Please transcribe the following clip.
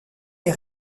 les